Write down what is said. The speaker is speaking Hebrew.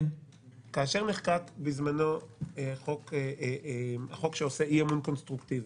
כאשר נחקק בזמנו החוק שעושה אי-אמון קונסטרוקטיבי,